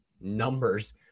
numbers